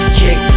kick